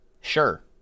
Sure